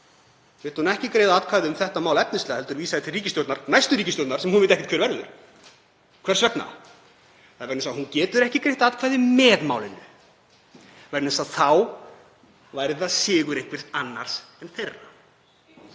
vildi hún ekki greiða atkvæði um þetta mál efnislega heldur vísa því til ríkisstjórnar, næstu ríkisstjórnar sem hún veit ekkert hver verður. Hvers vegna? Það er vegna þess að hún getur ekki greitt atkvæði með málinu vegna þess að þá væri það sigur einhvers annars en hennar